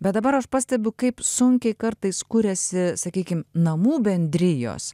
bet dabar aš pastebiu kaip sunkiai kartais kuriasi sakykim namų bendrijos